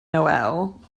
noel